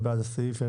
מי בעד הסעיף?